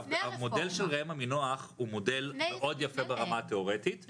המודל של ראם עמינח הוא מודל מאוד יפה ברמה התיאורטית.